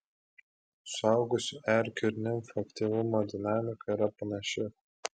suaugusių erkių ir nimfų aktyvumo dinamika yra panaši